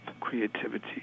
creativity